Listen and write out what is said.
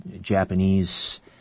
Japanese